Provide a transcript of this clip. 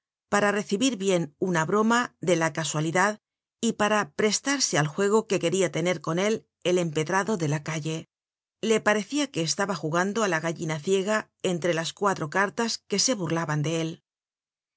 para recibir bien una broma de la casualidad y para prestarse al juego que queria tener con él el empedrado de la calle le parecia que estaba jugando á la gallina ciega entre las cuatro cartas que se burlaban de él